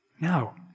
No